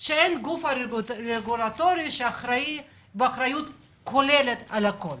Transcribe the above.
שאין גוף רגולטורי שאחראי באחריות כוללת על הכול.